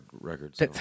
records